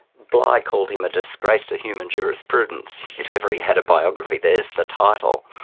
bligh called him a disgrace to human jurisprudence. if ever he had a biography, there's the title.